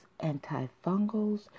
antifungals